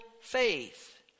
faith